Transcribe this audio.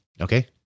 okay